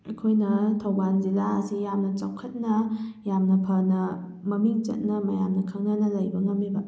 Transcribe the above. ꯑꯩꯈꯣꯏꯅ ꯊꯧꯕꯥꯜ ꯖꯤꯂꯥ ꯑꯁꯤ ꯌꯥꯝꯅ ꯆꯥꯎꯈꯠꯅ ꯌꯥꯝꯅ ꯐꯅ ꯃꯃꯤꯡꯆꯠꯅ ꯃꯌꯥꯝꯅ ꯈꯪꯅꯅ ꯂꯩꯕ ꯉꯝꯃꯤꯕ